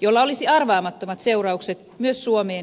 jolla olisi arvaamattomat seuraukset myös suomeen ja suomalaisiin